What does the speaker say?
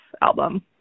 album